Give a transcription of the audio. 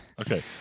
Okay